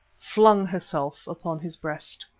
flung herself upon his breast.